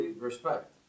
respect